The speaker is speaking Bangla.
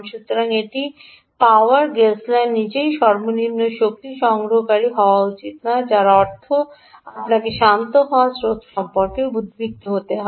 সুতরাং এটি পাওয়ার গজলার নিজেই সর্বনিম্ন শক্তি গ্রহণকারী হওয়া উচিত নয় যার অর্থ আপনাকে শান্ত হওয়া স্রোত সম্পর্কে উদ্বিগ্ন হতে হবে